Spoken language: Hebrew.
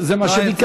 זה מה שביקשתם.